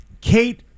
Kate